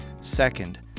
Second